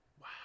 Wow